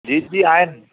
jeans बि आहिनि